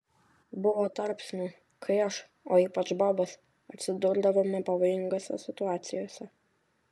buvo tarpsnių kai aš o ypač bobas atsidurdavome pavojingose situacijose